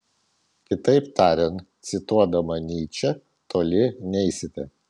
kitaip tariant cituodama nyčę toli neisite